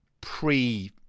pre